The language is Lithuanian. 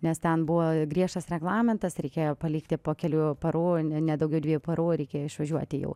nes ten buvo griežtas reglamentas reikėjo palikti po kelių parų ne daugiau dviejų parų reikėjo išvažiuoti jau